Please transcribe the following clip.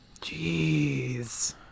Jeez